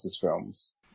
films